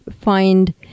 find